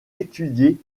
étudié